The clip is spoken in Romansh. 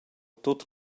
tut